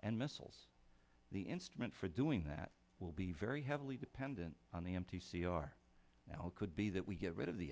and missiles the instrument for doing that will be very heavily dependent on the m t c are could be that we get rid of the